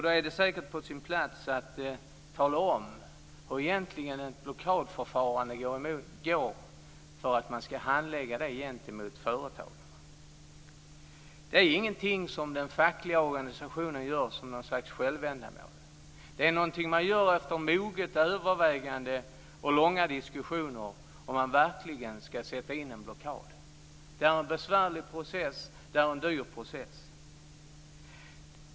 Då är det på sin plats att tala om hur det egentligen går till att handlägga ett blockadförfarande gentemot ett företag. Detta är ingenting som den fackliga organisationen gör som något slags självändamål. Det är någonting som man gör efter moget övervägande och långa diskussioner om huruvida man verkligen ska sätta in en blockad. Det är en besvärlig process. Det är en dyr process.